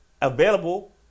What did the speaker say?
available